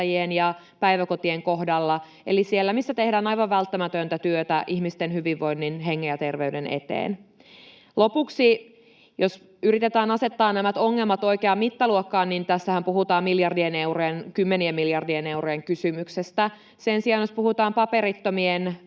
ja päiväkotien kohdalla eli siellä, missä tehdään aivan välttämätöntä työtä ihmisten hyvinvoinnin, hengen ja terveyden eteen. Lopuksi: Jos yritetään asettaa nämä ongelmat oikeaan mittaluokkaan, niin tässähän puhutaan miljardien eurojen, kymmenien miljardien eurojen kysymyksestä. Sen sijaan jos puhutaan paperittomien